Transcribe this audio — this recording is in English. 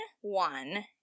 one